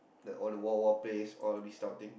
that all the World War place all these type of thing